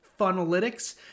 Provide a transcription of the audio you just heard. Funalytics